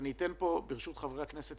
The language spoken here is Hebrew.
ברשות חברי הכנסת,